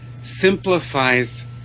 simplifies